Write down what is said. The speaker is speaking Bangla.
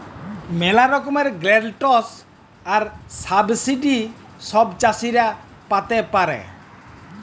ম্যালা রকমের গ্র্যালটস আর সাবসিডি ছব চাষীরা পাতে পারে